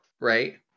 right